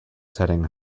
setting